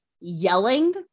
yelling